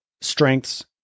strengths